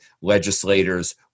legislators